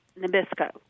Nabisco